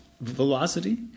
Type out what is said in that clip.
velocity